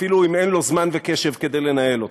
אפילו אם אין לו זמן וקשב כדי לנהל אותם.